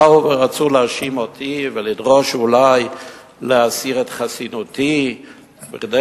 באו ורצו להאשים אותי ולדרוש אולי להסיר את חסינותי כדי